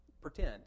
pretend